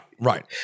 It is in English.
right